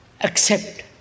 accept